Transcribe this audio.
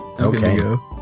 Okay